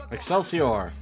Excelsior